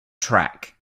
track